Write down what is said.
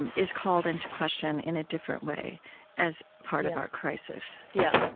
um is called into question in a different way as part of our crisis yeah.